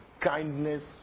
kindness